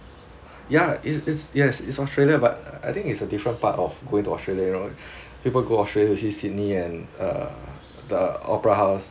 ya its its yes it's australia but I think it's a different part of going to australia you know people go australia to see sydney and uh the opera house